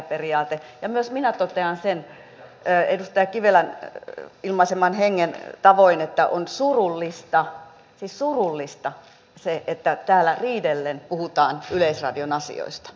ja myös minä totean sen edustaja kivelän ilmaiseman hengen tavoin että on surullista siis surullista se että täällä riidellen puhutaan yleisradion asioista